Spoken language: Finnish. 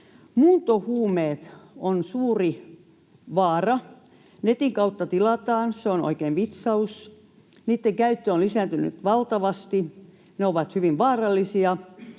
Muuntohuumeet ovat suuri vaara. Netin kautta niitä tilataan, se on oikein vitsaus. Niitten käyttö on lisääntynyt valtavasti, ne ovat hyvin vaarallisia,